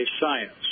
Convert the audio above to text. science